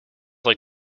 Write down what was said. like